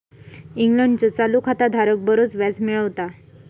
इंग्लंडचो चालू खाता धारक बरोच व्याज मिळवता